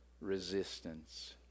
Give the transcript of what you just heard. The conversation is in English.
resistance